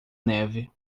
neve